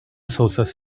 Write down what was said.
sources